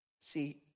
See